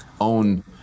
own